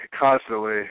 constantly